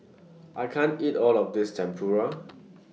I can't eat All of This Tempura